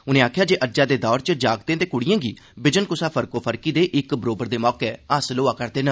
उनें आखेआ जे अज्जै दे दौरे च जागतें ते कुड़िएं गी बिजन कुसा फर्कोफर्की दे इक बरोबर दे मौके हासल होआ करदे न